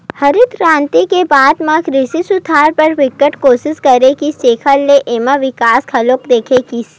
हरित करांति के बाद म कृषि सुधार बर बिकट कोसिस करे गिस जेखर ले एमा बिकास घलो देखे गिस